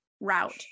route